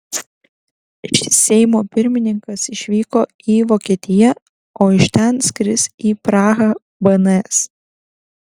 seimo pirmininkas išvyko į vokietiją o iš ten skris į prahą bns